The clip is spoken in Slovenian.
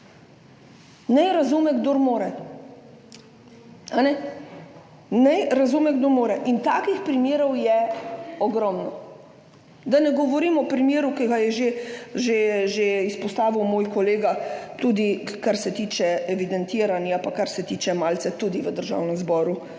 Naj razume, kdor more. Takih primerov je ogromno. Da ne govorim o primeru, ki ga je izpostavil že moj kolega, kar se tiče evidentiranja in kar se tiče malice tudi zaposlenih v Državnem zboru.